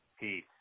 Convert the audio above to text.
Peace